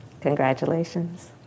Congratulations